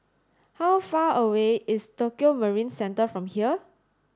how far away is Tokio Marine Centre from here